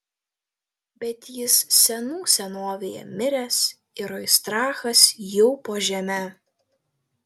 bet jis senų senovėje miręs ir oistrachas jau po žeme